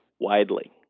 widely